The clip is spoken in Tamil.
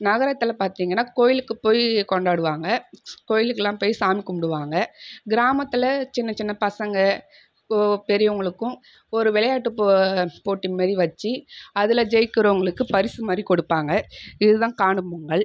நகரத்தில் பார்த்திங்கன்னா கோயிலுக்கு போய் கொண்டாடுவாங்க கோயிலுக்கெல்லாம் போய் சாமி கும்பிடுவாங்க கிராமத்தில் சின்ன சின்ன பசங்கள் பெரியவர்களுக்கும் ஒரு விளையாட்டு போட்டி மாரி வச்சு அதில் ஜெயிக்கிறவங்களுக்கு பரிசு மாதிரி கொடுப்பாங்க இதுதான் காணும் பொங்கல்